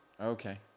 Okay